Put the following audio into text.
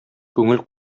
күңел